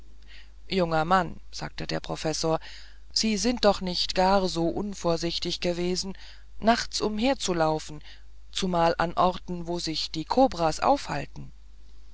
junger mann sagte der professor sie sind doch nicht gar so unvorsichtig gewesen nachts umherzulaufen zumal an orten wo sich die kobras aufhalten